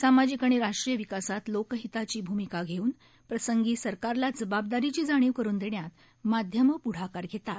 सामाजिक आणि राष्ट्रीय विकासात लोकहिताची भूमिका घेऊन प्रसंगी सरकारला जबाबदारीची जाणीव करून देण्यात माध्यमं प्ढाकार घेतात